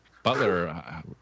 Butler